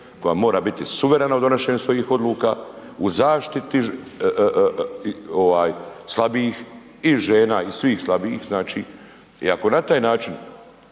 koja mora biti suverena u donošenju svojih odluka, u zaštiti ovaj slabijih i žena i svih slabijih znači. I ako na taj način,